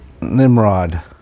Nimrod